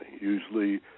usually